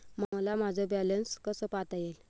मला माझे बॅलन्स कसे पाहता येईल?